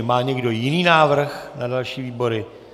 Má někdo jiný návrh na další výbory?